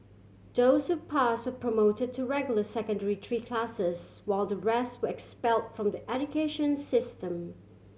those who pass were promoted to regular Secondary Three classes while the rest were expel from the education system